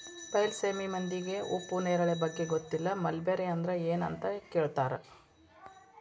ಬೈಲಸೇಮಿ ಮಂದಿಗೆ ಉಪ್ಪು ನೇರಳೆ ಬಗ್ಗೆ ಗೊತ್ತಿಲ್ಲ ಮಲ್ಬೆರಿ ಅಂದ್ರ ಎನ್ ಅಂತ ಕೇಳತಾರ